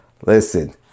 Listen